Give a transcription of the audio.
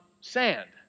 sand